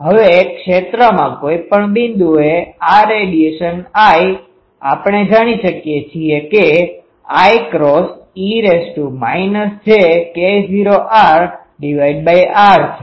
હવે ક્ષેત્રમાં કોઈપણ બિંદુએ આ I રેડિયેશનradiationવિકિરણ આપણે જાણી શકીએ છીએ કે I×e jK૦rr છે